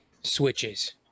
switches